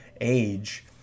age